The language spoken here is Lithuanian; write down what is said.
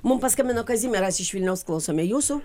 mum paskambino kazimieras iš vilniaus klausome jūsų